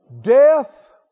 Death